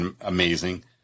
amazing